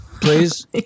Please